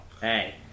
Hey